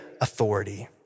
authority